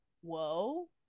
whoa